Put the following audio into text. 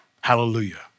Hallelujah